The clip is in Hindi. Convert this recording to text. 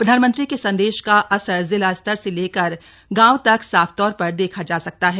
प्रधानमंत्री के संदेश का असर जिला स्तर से लेकर गांव तक साफतौर पर देखा जा रहा है